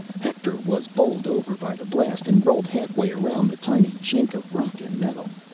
hector was bowled over by the blast and rolled halfway around the tiny chink of rock and metal.